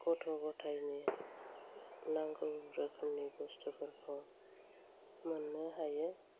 गथ' गथाइनि नांगौ रोखोमनि बुस्तुफोरखौ मोननो हायो